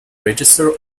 register